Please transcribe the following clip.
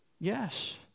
Yes